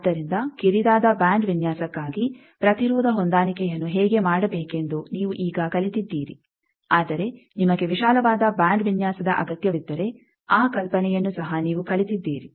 ಆದ್ದರಿಂದ ಕಿರಿದಾದ ಬ್ಯಾಂಡ್ ವಿನ್ಯಾಸಕ್ಕಾಗಿ ಪ್ರತಿರೋಧ ಹೊಂದಾಣಿಕೆಯನ್ನು ಹೇಗೆ ಮಾಡಬೇಕೆಂದು ನೀವು ಈಗ ಕಲಿತಿದ್ದೀರಿ ಆದರೆ ನಿಮಗೆ ವಿಶಾಲವಾದ ಬ್ಯಾಂಡ್ ವಿನ್ಯಾಸದ ಅಗತ್ಯವಿದ್ದರೆ ಆ ಕಲ್ಪನೆಯನ್ನು ಸಹ ನೀವು ಕಲಿತಿದ್ದೀರಿ